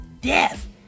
death